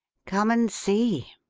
come and see!